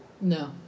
No